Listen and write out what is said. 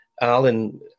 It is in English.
Alan